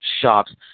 shops